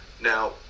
now